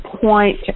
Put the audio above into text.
point